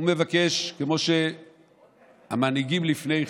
הוא מבקש כמו המנהיגים לפני כן: